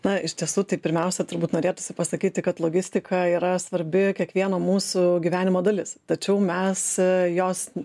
na iš tiesų tai pirmiausia turbūt norėtųsi pasakyti kad logistika yra svarbi kiekvieno mūsų gyvenimo dalis tačiau mes jos